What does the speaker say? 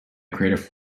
creative